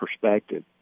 perspective